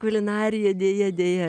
kulinarija deja deja